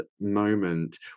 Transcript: moment